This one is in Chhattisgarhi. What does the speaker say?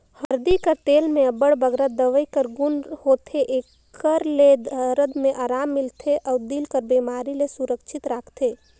हरदी कर तेल में अब्बड़ बगरा दवई कर गुन होथे, एकर ले दरद में अराम मिलथे अउ दिल कर बेमारी ले सुरक्छित राखथे